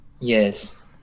Yes